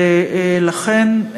לכן,